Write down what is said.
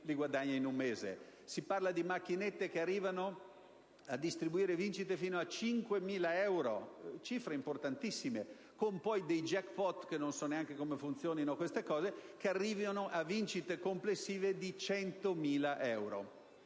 Si parla di macchinette che arrivano a distribuire vincite fino a 5000 euro, cifre importantissime, con *jackpot* (che non so nemmeno come funzionino) che portano a vincite complessive di 100.000 euro.